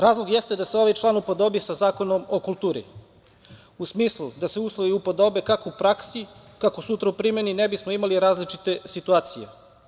Razlog jeste da se ovaj član upodobi sa Zakonom o kulturi, u smislu da se uslovi upodobe, kako u praksi, kako sutra u primeni ne bismo imali različite situacije.